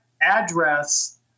address